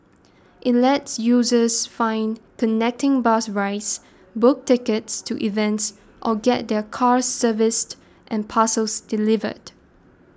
it lets users find connecting bus rides book tickets to events or get their cars serviced and parcels delivered